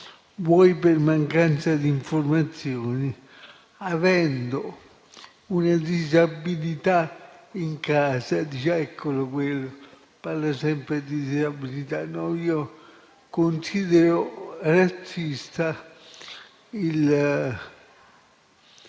vuoi per mancanza di informazioni, avendo una disabilità in casa… si dice, eccolo quello, parla sempre di disabilità, ma no, io considero razzista